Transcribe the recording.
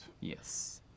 Yes